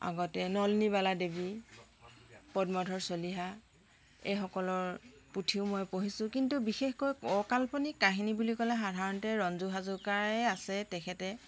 আগতে নলিনীৱালা দেৱী পদ্মধৰ চলিহা এইসকলৰ পুথিও মই পঢ়িছোঁ কিন্তু বিশেষকৈ কাল্পনিক কাহিনী বুলি ক'লে সাধাৰণতে ৰঞ্জু হাজৰিকাৰে আছে তেখেতে